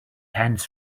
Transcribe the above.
hands